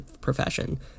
profession